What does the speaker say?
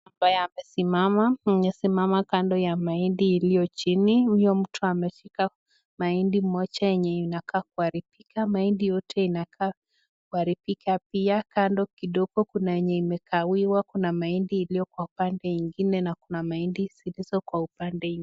Hapo amesimama amesimama kando ya mahindi iliyo chini. Huyo mtu ameshika mahindi moja yenye inakaa kuaribika. Mahindi yote inakaa kuaribika pia. Kando kidogo kuna yenye imekawiwa. Kuna mahindi iliyo kwa upande ingine na kuna mahindi iliyo kwa upande.